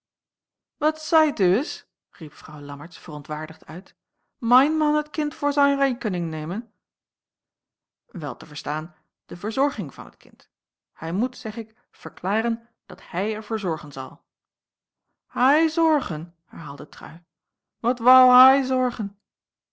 wat zait uwees riep vrouw lammertsz verontwaardigd uit main man het kind voor zain reikening nemen wel te verstaan de verzorging van het kind hij moet zeg ik verklaren dat hij er voor zorgen zal hai zorgen herhaalde trui wat woû hai zorgen